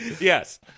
Yes